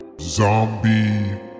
Zombie